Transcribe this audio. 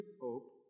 hope